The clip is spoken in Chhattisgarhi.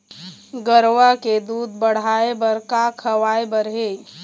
गरवा के दूध बढ़ाये बर का खवाए बर हे?